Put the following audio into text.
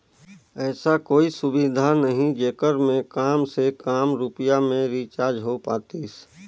ऐसा कोई सुविधा नहीं जेकर मे काम से काम रुपिया मे रिचार्ज हो पातीस?